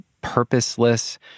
purposeless